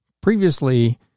Previously